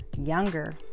younger